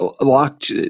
locked